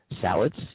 salads